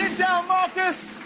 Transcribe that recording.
marcus,